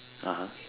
(uh huh)